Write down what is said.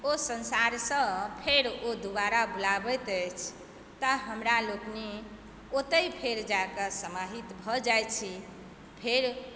ओ संसारसँ फेर ओ दुबारा बजौबति अछि तऽ हमरा लोकनि ओतय फेर जा कऽ समाहित भऽ जाइ छी फेर